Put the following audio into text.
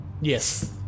Yes